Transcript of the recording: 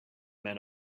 men